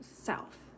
South